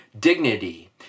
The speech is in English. dignity